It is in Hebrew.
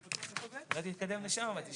אתם רוצים לתת לנו להמשיך או שאתם רוצים לעכב?